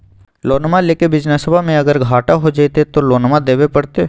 लोनमा लेके बिजनसबा मे अगर घाटा हो जयते तो लोनमा देवे परते?